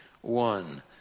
one